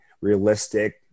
realistic